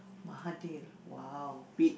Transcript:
Mahathir !wow!